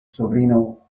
sobrino